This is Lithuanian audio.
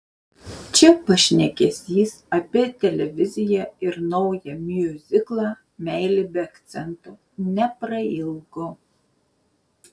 čia pašnekesys apie televiziją ir naują miuziklą meilė be akcento neprailgo